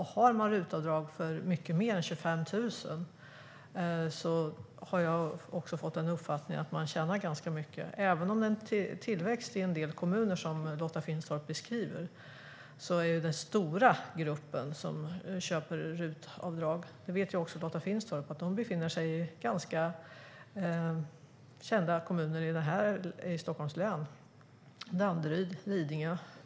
Har man RUT-avdrag på mer än 25 000 tjänar man förmodligen ganska mycket. Även om det är en tillväxt i vissa kommuner, som Lotta Finstorp beskriver, återfinns den stora gruppen som köper RUT-tjänster i kända kommuner i Stockholms län såsom Danderyd och Lidingö.